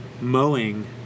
Mowing